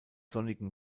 sonnigen